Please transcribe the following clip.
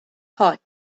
hot